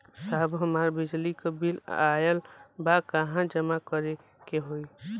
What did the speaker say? साहब हमार बिजली क बिल ऑयल बा कहाँ जमा करेके होइ?